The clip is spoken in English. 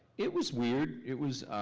it was weird, it was.